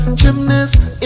gymnast